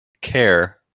care